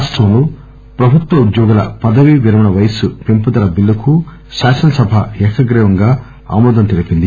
రాష్టంలో ప్రభుత్వ ఉద్యోగుల పదవీ విరమణ వయస్సు పెంపుదల బిల్లుకు శాసనసభ ఏకగ్రీవంగా ఆమోదం తెలిపింది